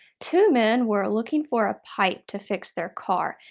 two men were looking for a pipe to fix their car,